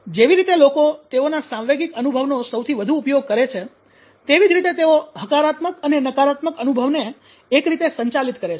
જેવી રીતે લોકો તેઓના સાંવેગિક અનુભવનો સૌથી વધુ ઉપયોગ કરે છે તેવી જ રીતે તેઓ હકારાત્મક અને નકારાત્મક અનુભવને એક રીતે સંચાલિત કરે છે